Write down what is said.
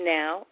now